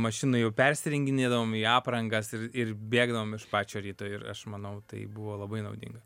mašinoj jau persirenginėdavom į aprangas ir bėgdavom iš pačio ryto ir aš manau tai buvo labai naudinga